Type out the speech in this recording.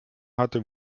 hatte